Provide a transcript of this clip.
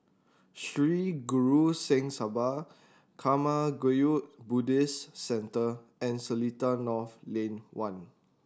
Sri Guru Singh Sabha Karma Kagyud Buddhist Centre and Seletar North Lane One